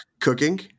Cooking